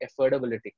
affordability